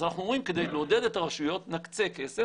אז אנחנו אומרים: כדי לעודד את הרשויות נקצה כסף,